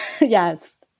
yes